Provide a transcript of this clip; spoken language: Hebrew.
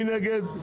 מי נגד?